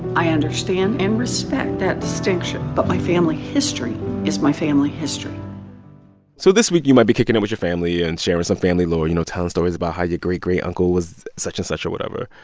i understand and respect that distinction, but my family history is my family history so this week, you might be kicking it with your family and sharing some family lore, you know, telling stories about how your great-great-uncle was such and such or whatever.